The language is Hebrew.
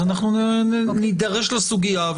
אז אנחנו נידרש לסוגיה,